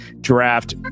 draft